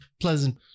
pleasant